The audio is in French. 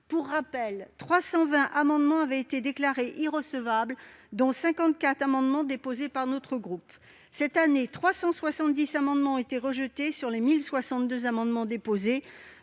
Pour rappel, 320 amendements avaient été déclarés irrecevables, dont 54 déposés par notre groupe. Cette année, 370 amendements ont été rejetés sur les 1 062 déposés,